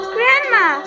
Grandma